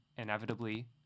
inevitably